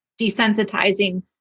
desensitizing